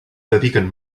dediquen